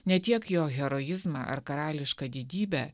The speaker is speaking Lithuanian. ne tiek jo heroizmą ar karališką didybę